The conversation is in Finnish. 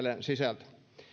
sisältö